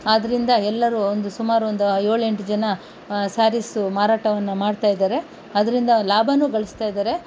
ಆದ್ದರಿಂದ ಎಲ್ಲರು ಒಂದು ಸುಮಾರು ಒಂದು ಏಳು ಎಂಟು ಜನ ಸ್ಯಾರೀಸು ಮಾರಾಟವನ್ನು ಮಾಡ್ತಾಯಿದ್ದಾರೆ ಅದರಿಂದ ಲಾಭನೂ ಗಳಿಸುತ್ತಾಯಿದ್ದಾರೆ